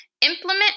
implement